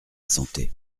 santé